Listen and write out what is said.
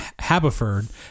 Habiford